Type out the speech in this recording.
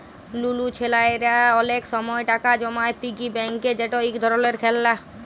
লুলু ছেইলারা অলেক সময় টাকা জমায় পিগি ব্যাংকে যেট ইক ধরলের খেললা